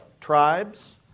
tribes